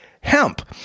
hemp